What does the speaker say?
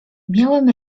miałem